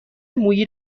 مویی